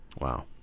wow